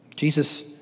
Jesus